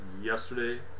yesterday